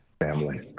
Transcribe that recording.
family